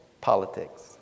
Politics